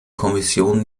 kommission